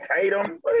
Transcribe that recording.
Tatum